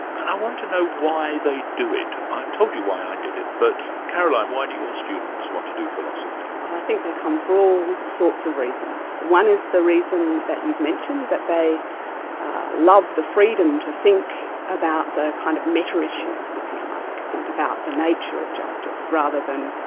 and i want to know why they do it. i told you why i did it but caroline, why do your students want to do philosophy? i think they come for all sorts of reasons. one is the reason that you've mentioned, that they love the freedom to think about the kind of meta-issues if you like, think about the nature of justice rather than,